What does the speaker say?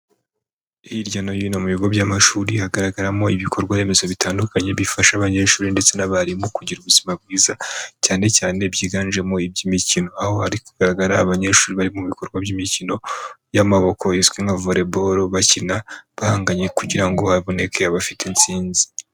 Hirya no hino mu bigo by'amashuri hagaragaramo ibikorwa remezo bitandukanye, bifasha abanyeshuri ndetse n'abarimu, kugira ubuzima bwiza, cyane cyane byiganjemo iby'imikino, aho hari kugaragara abanyeshuri bari mu bikorwa by'imikino y'amaboko, izwi nka volley ball. Bakina bahanganye kugira ngo haboneke abafite intsinzi.